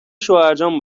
شوهرجان